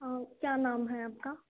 हाँ क्या नाम है आपका